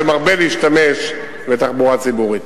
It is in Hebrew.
שמרבה להשתמש בתחבורה ציבורית.